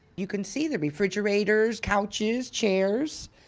you can see the refrigerators, couches, chairs.